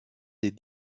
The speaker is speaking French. des